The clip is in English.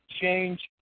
change